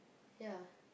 ya